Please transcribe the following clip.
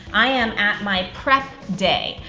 i am at my prep day.